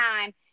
time